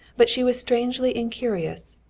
but she was strangely incurious.